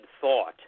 thought